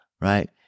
right